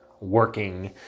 working